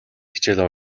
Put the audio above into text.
хичээлээ